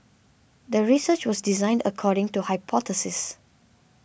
the research was designed according to hypothesis